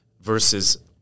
Versus